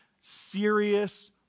serious